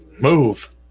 Move